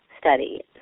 study